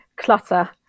clutter